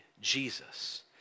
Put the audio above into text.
Jesus